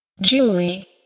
Julie